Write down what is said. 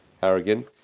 Harrigan